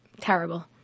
terrible